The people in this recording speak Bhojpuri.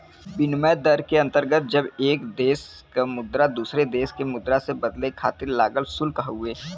विनिमय दर के अंतर्गत जब एक देश क मुद्रा दूसरे देश क मुद्रा से बदले खातिर लागल शुल्क हउवे